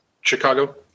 Chicago